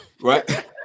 right